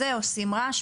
עושים רעש,